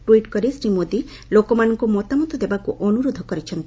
tweet କରି ଶ୍ରୀ ମୋଦି ଲୋକମାନଙ୍କୁ ମତାମତ ଦେବାକୁ ଅନୁରୋଧ କରିଛନ୍ତି